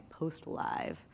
#PostLive